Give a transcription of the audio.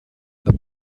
the